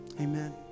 amen